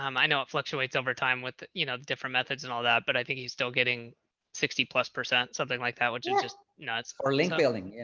um i know it fluctuates over time with you know, different methods and all that but i think he's still getting sixty plus percent, something like that, which is just nuts or linkbuilding. you